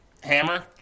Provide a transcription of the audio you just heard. Hammer